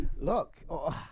Look